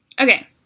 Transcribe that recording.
Okay